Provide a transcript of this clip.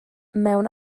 mewn